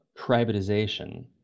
privatization